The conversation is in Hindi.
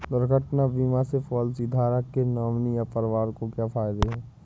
दुर्घटना बीमा से पॉलिसीधारक के नॉमिनी या परिवार को क्या फायदे हैं?